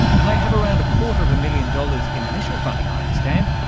and they have around a quarter of a million dollars in initial funding, i understand,